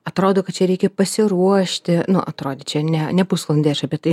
atrodo kad čia reikia pasiruošti nu atrodė čia ne ne pusvalandį aš apie tai